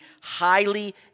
highly